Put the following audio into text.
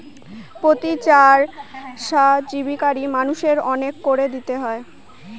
প্রতি বছর চাকরিজীবী মানুষদের অনেক কর দিতে হয়